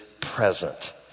present